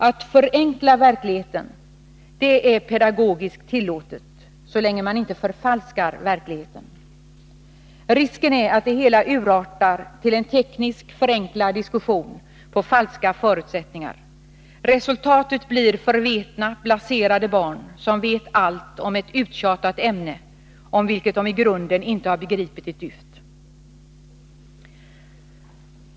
Att förenkla verkligheten är pedagogiskt tillåtet så länge man inte förfalskar verkligheten. Risken är att det hela urartar till en teknisk, förenklad diskussion med falska förutsättningar. Resultatet blir förvetna, blaserade barn som vet allt om ett uttjatat ämne, om vilket de i grunden inte har begripit ett dyft.